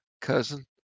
cousin